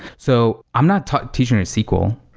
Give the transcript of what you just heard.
so i'm not teaching sql.